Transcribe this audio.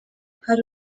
hari